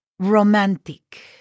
Romantic